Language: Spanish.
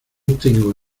tengo